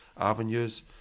avenues